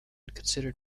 considered